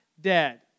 dead